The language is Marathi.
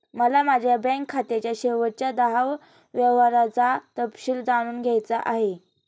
मला माझ्या बँक खात्याच्या शेवटच्या दहा व्यवहारांचा तपशील जाणून घ्यायचा आहे